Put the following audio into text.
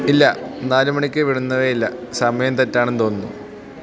ഇല്ല നാല് മണിക്ക് വിടുന്നതേ ഇല്ല സമയം തെറ്റാണെന്ന് തോന്നുന്നു